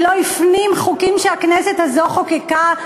שלא הפנים חוקים שהכנסת הזאת חוקקה,